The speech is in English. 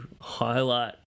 highlight